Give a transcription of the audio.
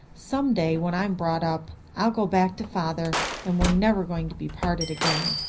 someday, when i'm brought up, i'll go back to father and we're never going to be parted again.